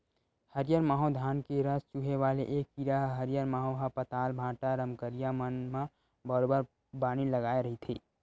हरियर माहो धान के रस चूसे वाले ऐ कीरा ह हरियर माहो ह पताल, भांटा, रमकरिया मन म बरोबर बानी लगाय रहिथे